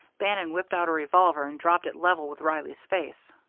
bannon whipped out a revolver and dropped it level with reilly's face.